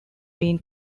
been